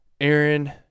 Aaron